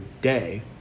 day